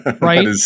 Right